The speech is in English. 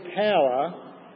power